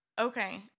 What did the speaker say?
Okay